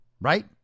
right